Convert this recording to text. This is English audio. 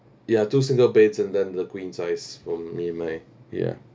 ya two single beds and then the queen size for me and my ya